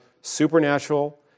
supernatural